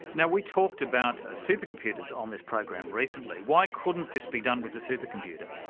now we talked about supercomputers on this program recently. why couldn't this be done with a supercomputer?